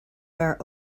are